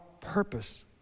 purpose